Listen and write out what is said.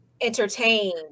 entertain